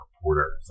reporters